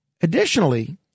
Additionally